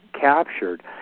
captured